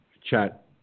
chat